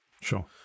Sure